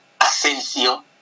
Asensio